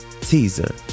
teaser